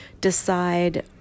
decide